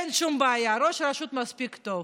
אין שום בעיה, ראש רשות מספיק טוב.